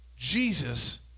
Jesus